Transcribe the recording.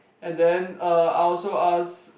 and then er I also ask